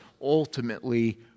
ultimately